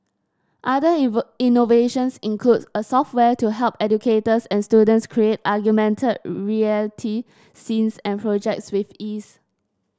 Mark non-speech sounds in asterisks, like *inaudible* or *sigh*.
other *unintelligible* innovations include a software to help educators and students create augmented reality scenes and projects with ease